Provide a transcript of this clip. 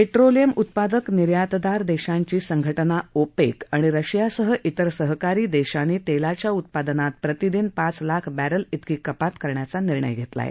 petroleum उत्पादक निर्यातदार देशांची संघटना ओपेक आणि रशिया सह तिर सहकारी देशांनी तेलाच्या उत्पादनात प्रतिदिन पाच लाख बॅरल त्रिकी कपात करण्याचा निर्णय घेतला आहे